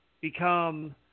become